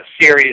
series